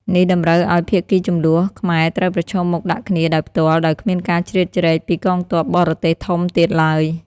នេះតម្រូវឱ្យភាគីជម្លោះខ្មែរត្រូវប្រឈមមុខដាក់គ្នាដោយផ្ទាល់ ដោយគ្មានការជ្រៀតជ្រែកពីកងទ័ពបរទេសធំទៀតឡើយ។